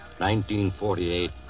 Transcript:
1948